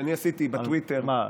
שאני עשיתי בטוויטר, מה?